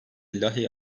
lahey